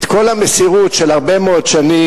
את כל המסירות של נשות ויצו הרבה מאוד שנים.